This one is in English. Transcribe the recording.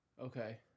Okay